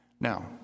Now